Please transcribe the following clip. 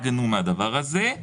לא, אמרתי את זה בבדיחות.